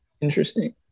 interesting